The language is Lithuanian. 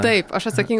taip aš atsakinga